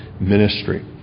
ministry